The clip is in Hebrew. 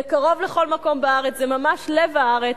זה קרוב לכל מקום בארץ, זה ממש לב הארץ,